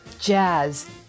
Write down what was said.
jazz